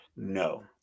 No